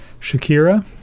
Shakira